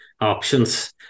options